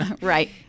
Right